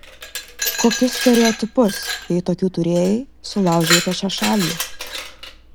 kokius stereotipus jei tokių turėjai sulaužei apie šią šalį